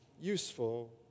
useful